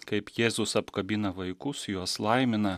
kaip jėzus apkabina vaikus juos laimina